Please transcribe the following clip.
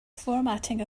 formatting